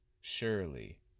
surely